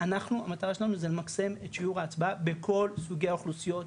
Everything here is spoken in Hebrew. אנחנו המטרה שלנו זה למקסם את שיעור ההצבעה בכל סוגי האוכלוסיות,